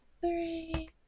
Three